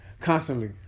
constantly